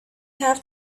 have